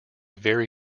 very